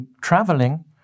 traveling